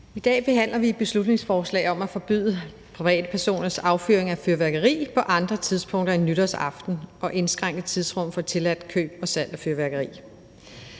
I dag behandler vi et beslutningsforslag om at forbyde privatpersoners affyring af fyrværkeri på andre tidspunkter end nytårsaften og indskrænke tidsrummet for tilladt køb og salg af fyrværkeri.